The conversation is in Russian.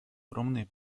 огромные